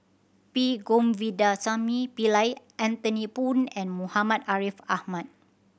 P Govindasamy Pillai Anthony Poon and Muhammad Ariff Ahmad